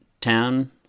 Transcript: Town